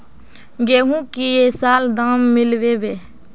गेंहू की ये साल दाम मिलबे बे?